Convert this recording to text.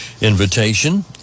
invitation